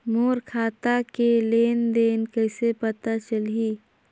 मोर खाता के लेन देन कइसे पता चलही?